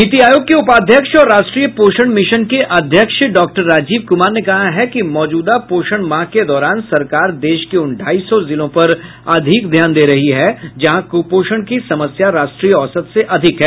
नीति आयोग के उपाध्यक्ष और राष्ट्रीय पोषण मिशन के अध्यक्ष डॉक्टर राजीव कुमार ने कहा है कि मौजूदा पोषण माह के दौरान सरकार देश के उन ढाई सौ जिलों पर अधिक ध्यान दे रही है जहां क्पोषण की समस्या राष्ट्रीय औसत से अधिक है